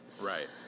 right